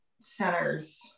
centers